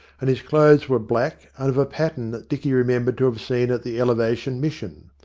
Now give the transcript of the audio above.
and his clothes were black, and of a pattern that dicky remembered to have seen at the elevation mission.